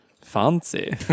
Fancy